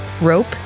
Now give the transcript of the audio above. rope